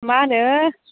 मा होनो